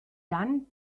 dann